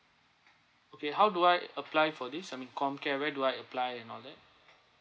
okay how do I apply for this I mean COMCARE where do I apply and all that